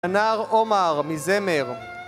ענר עומר, מזמר